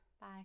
Bye